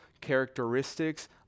characteristics